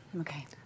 Okay